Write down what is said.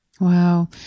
Wow